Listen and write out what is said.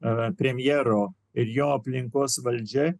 premjero ir jo aplinkos valdžia